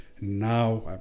now